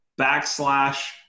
backslash